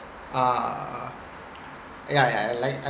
uh yeah yeah like I